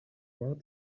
raw